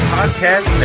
Podcast